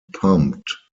pumped